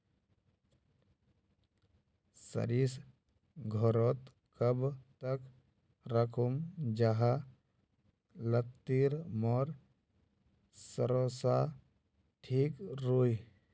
सरिस घोरोत कब तक राखुम जाहा लात्तिर मोर सरोसा ठिक रुई?